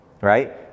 Right